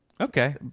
okay